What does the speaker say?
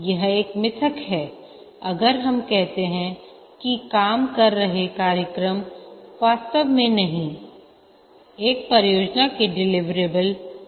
यह एक मिथक है अगर हम कहते हैं कि काम कर रहे कार्यक्रम वास्तव में नहीं एक परियोजना के डिलीवरेबल है